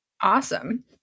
Awesome